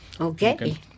Okay